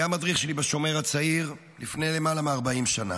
היה מדריך שלי בשומר הצעיר לפני למעלה מ-40 שנה,